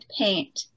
paint